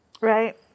right